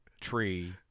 tree